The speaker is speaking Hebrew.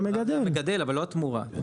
תמורה,